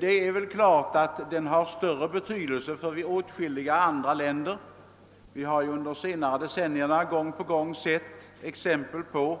Den har naturligtvis större betydelse i åt skilliga andra länder — vi har under de senare decennierna gång på gång sett exempel på